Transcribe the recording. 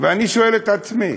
ואני שואל את עצמי: